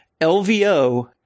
LVO